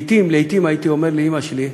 לעתים, לעתים, הייתי אומר לאימא שלי: